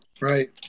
Right